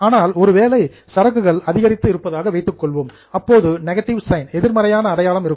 ஆனால் ஒருவேளை சரக்குகள் இன்கிரீஸ் அதிகரித்து இருப்பதாக வைத்துக் கொள்வோம் அப்போது நெகட்டிவ் சைன் எதிர்மறையான அடையாளம் இருக்கும்